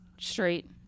straight